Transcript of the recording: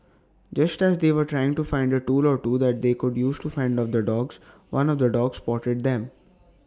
just as they were trying to find A tool or two that they could use to fend off the dogs one of the dogs spotted them